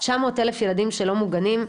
900 אלף ילדים שלא מוגנים,